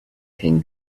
king